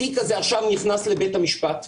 התיק הזה עכשיו נכנס לבית המשפט.